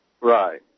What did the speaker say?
Right